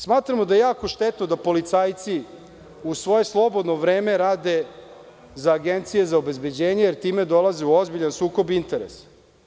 Smatramo da je jako štetno da policajci u svoje slobodno vreme rade za agencije za obezbeđenje, jer time dolaze u ozbiljan sukob interesa.